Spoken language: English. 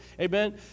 Amen